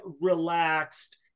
relaxed